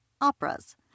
operas